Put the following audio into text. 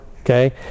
okay